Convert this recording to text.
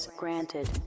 granted